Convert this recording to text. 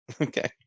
Okay